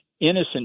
innocent